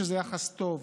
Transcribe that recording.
שזה יחס טוב,